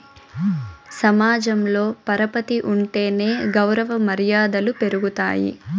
సమాజంలో పరపతి ఉంటేనే గౌరవ మర్యాదలు పెరుగుతాయి